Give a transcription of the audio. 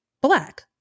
Black